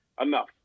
Enough